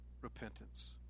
repentance